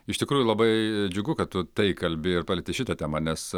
iš tikrųjų labai džiugu kad tai kalbėjo ir palieti šitą temą nes